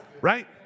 right